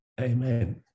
Amen